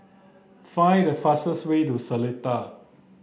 find the fastest way to Seletar